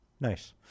Nice